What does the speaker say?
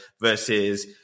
versus